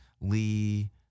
Lee